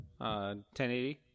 1080